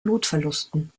blutverlusten